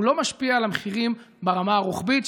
הוא לא משפיע על המחירים ברמה הרוחבית,